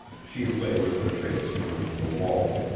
she lay with her face turned to the wall.